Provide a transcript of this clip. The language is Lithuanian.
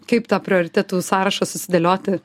kaip tą prioritetų sąrašą susidėlioti